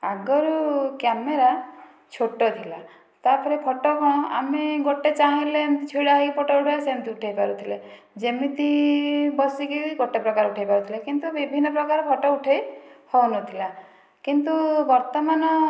ଆଗରୁ କ୍ୟାମେରା ଛୋଟ ଥିଲା ତାପରେ ଫଟୋ କ'ଣ ଆମେ ଗୋଟେ ଚାହିଁଲେ ଏମିତି ଛିଡ଼ା ହୋଇ ଫଟୋ ଉଠେଇବା ସେମିତି ଉଠାଇପାରୁଥିଲେ ଯେମିତି ବସିକି ଗୋଟେ ପ୍ରକାର ଉଠାଇପାରୁଥିଲେ କିନ୍ତୁ ବିଭିନ୍ନ ପ୍ରକାର ଫଟୋ ଉଠାଇ ହେଉନଥିଲା କିନ୍ତୁ ବର୍ତ୍ତମାନ